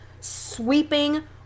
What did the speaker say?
sweeping